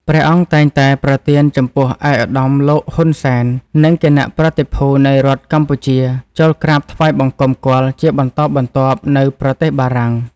ព្រះអង្គតែងតែប្រទានចំពោះឯកឧត្តម លោក ហ៊ុន សែន និងគណៈប្រតិភូនៃរដ្ឋកម្ពុជាចូលក្រាបថ្វាយបង្គំគាល់ជាបន្តបន្ទាប់នៅ ប្រទេសបារំាង។